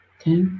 Okay